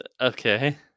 Okay